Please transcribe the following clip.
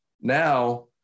Now